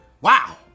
Wow